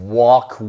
walk